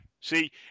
see